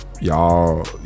Y'all